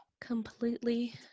completely